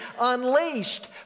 unleashed